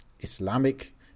islamic